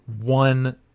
one